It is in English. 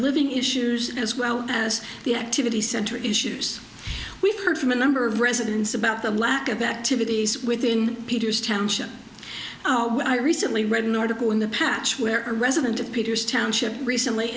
living issues as well as the activity center issues we've heard from a number of residents about the lack of activities within peter's township i recently read an article in the package where a resident of peter's township recently